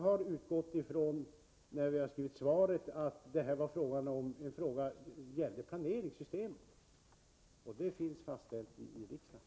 När svaret skrevs utgick jag ifrån att detta var en fråga som gällde planeringssystemet, som alltså är fastställt av riksdagen.